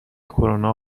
کرونا